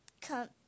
come